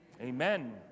amen